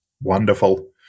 Wonderful